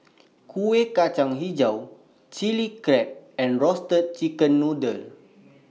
Kuih Kacang Hijau Chili Crab and Roasted Chicken Noodle